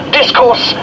discourse